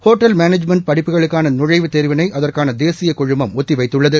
hotel management படிப்புகளுக்கான நுழைவுத் தேர்விளை அதற்கான தேசிய குழுமம் ஒத்தி வைத்துள்ளது